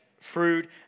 fruit